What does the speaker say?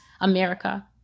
America